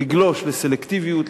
לגלוש לסלקטיביות,